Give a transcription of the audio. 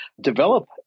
develop